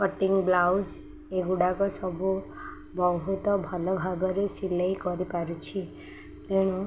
cutting blouse ଏଗୁଡ଼ାକ ସବୁ ବହୁତ ଭଲ ଭାବରେ ସିଲେଇ କରିପାରୁଛି ତେଣୁ